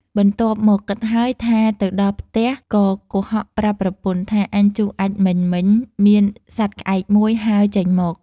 បន្ទាប់មកគិតហើយថាទៅដល់ផ្ទះក៏កុហកប្រាប់ប្រពន្ធថា “អញជុះអាចម៍មិញៗ មានសត្វក្អែកមួយ ហើរចេញមក។